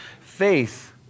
Faith